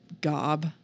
gob